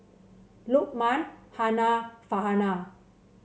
Lukman Hana Farhanah